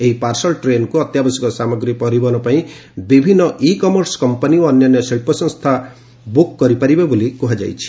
ଏହି ପାର୍ସଲ ଟ୍ରେନ୍କୁ ଅତ୍ୟାବଶ୍ୟକ ସାମଗ୍ରୀ ପରିବହନ ପାଇଁ ବିଭିନ୍ନ ଇ କମର୍ସ କମ୍ପାନୀ ଓ ଅନ୍ୟାନ୍ୟ ଶିଳ୍ପସଂସ୍ଥା ବୁକ୍ କରିପାରିବେ ବୋଲି କ୍ରହାଯାଇଛି